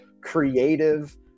creative